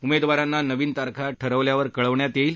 उमद्विरांना नवीन तारखा ठरल्यावर कळवण्यात यईते